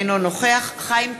אינו נוכח חיים כץ,